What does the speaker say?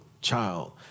child